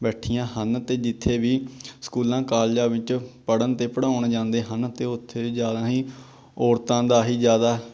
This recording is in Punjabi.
ਬੈਠੀਆਂ ਹਨ ਅਤੇ ਜਿੱਥੇ ਵੀ ਸਕੂਲਾਂ ਕਾਲਜਾਂ ਵਿੱਚ ਪੜ੍ਹਨ ਅਤੇ ਪੜ੍ਹਾਉਣ ਜਾਂਦੇ ਹਨ ਅਤੇ ਉੱਥੇ ਜ਼ਿਆਦਾ ਹੀ ਔਰਤਾਂ ਦਾ ਹੀ ਜ਼ਿਆਦਾ